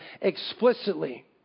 explicitly